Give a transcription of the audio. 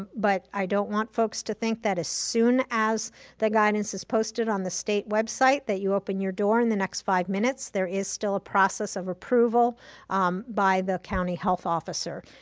but i don't want folks to think that as soon as the guidance is posted on the state website, that you open your door in the next five minutes, there is still a process of approval by the county health officer.